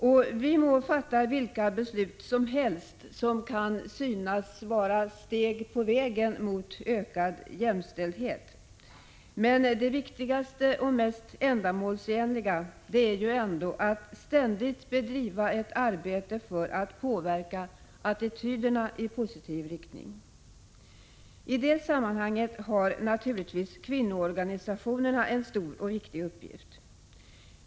Vi må fatta vilka beslut som helst som kan synas vara steg på vägen mot ökad jämställdhet, men det viktigaste och mest ändamålsenliga är ändå att ständigt bedriva ett arbete för att påverka attityderna i positiv riktning. I det sammanhanget har naturligtvis kvinnoorganisationerna en stor och viktig uppgift.